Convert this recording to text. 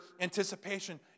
anticipation